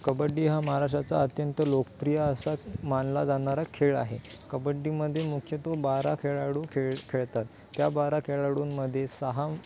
कबड्डी हा महाराष्ट्राचा अत्यंत लोकप्रिय असा मानला जाणारा खेळ आहे कबड्डीमध्ये मुख्यतो बारा खेळाडू खेळ खेळतात त्या बारा खेळाडूंमध्ये सहा